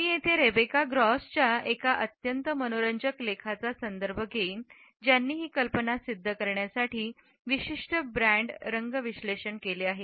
मी येथे रेबेका ग्रॉसच्या एका अत्यंत मनोरंजक लेखाचा संदर्भ घेईन ज्यांनी ही कल्पना सिद्ध करण्यासाठी विशिष्ट ब्रँड रंग विश्लेषण केले आहे